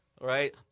right